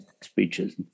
speeches